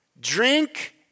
Drink